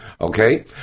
okay